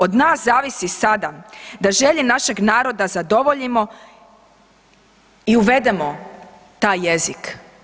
Od nas zavisi sada da želje našeg naroda zadovoljimo i uvedemo taj jezik.